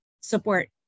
support